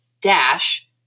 dash